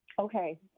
Okay